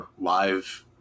live